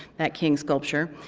that king sculpture.